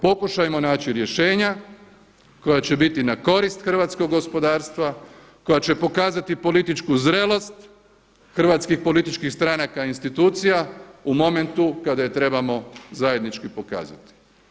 Pokušajmo naći rješenja koja će biti na korist hrvatskog gospodarstva, koja će pokazati političku zrelost hrvatskih političkih stranaka i institucija u momentu kada je trebamo zajednički pokazati.